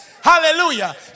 Hallelujah